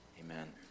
Amen